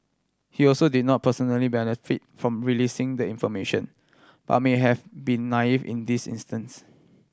he also did not personally benefit from releasing the information but may have been naive in this instance